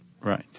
Right